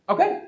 Okay